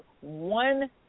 one